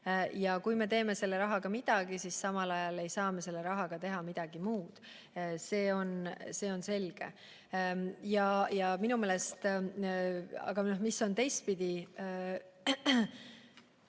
Kui me teeme selle rahaga midagi, siis samal ajal ei saa me selle rahaga teha midagi muud, see on selge. Aga mis on teistpidi?